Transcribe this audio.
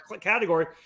category